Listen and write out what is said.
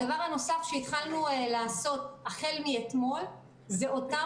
הדבר הנוסף שהתחלנו לעשות החל מאתמול זה אותם